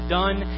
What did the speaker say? done